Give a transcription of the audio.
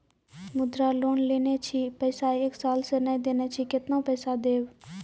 मुद्रा लोन लेने छी पैसा एक साल से ने देने छी केतना पैसा देब?